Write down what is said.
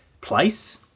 place